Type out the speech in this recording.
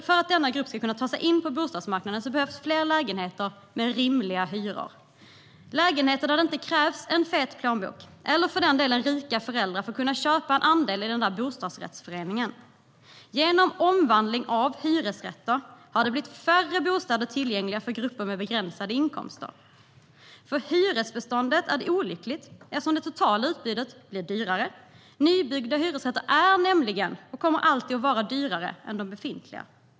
För att denna grupp ska kunna ta sig in på bostadsmarknaden behövs fler lägenheter med rimliga hyror, lägenheter där det inte krävs en fet plånbok eller för den delen rika föräldrar för att kunna köpa en andel i en bostadsrättsförening. Genom omvandlingen av hyresrätter har färre bostäder blivit tillgängliga för grupper med begränsade inkomster. För hyresbeståndet är det olyckligt, eftersom det totala utbudet blir dyrare. Nybyggda hyresrätter är nämligen - och kommer alltid att vara - dyrare än de befintliga.